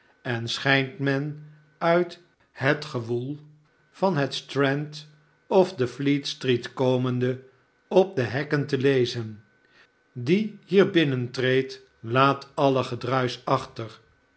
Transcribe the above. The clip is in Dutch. en schijnt men uit het gewoel van het strand of de fleetstreet komende op de hekken te lezen die hier binnentreedt laat alle gedruis achter